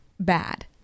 bad